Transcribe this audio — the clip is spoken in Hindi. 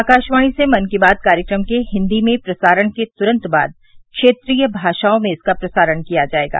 आकाशवाणी से मन की बात कार्यक्रम के हिन्दी में प्रसारण के तुरन्त बाद क्षेत्रीय भाषाओं में इसका प्रसारण किया जायेगा